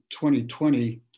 2020